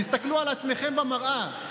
תסתכלו על עצמכם במראה.